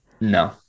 No